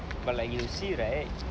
but like you see right